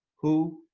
who,